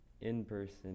in-person